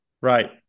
Right